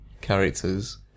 characters